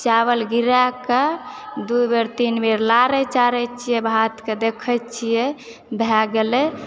चावल गिरायकऽ दू बेर तीन बेर लारैत चारैत छियै भातकऽ देखैत छियै भए गेलय